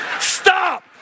Stop